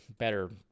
better